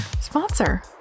sponsor